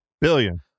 Billion